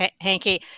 hanky